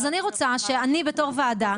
אז אני רוצה שאני בתור ועדה,